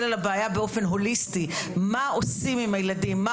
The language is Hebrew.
על הבעיה באופן הוליסטי - מה עושים עם הילדים ומה